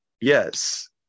Yes